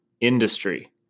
industry